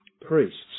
priests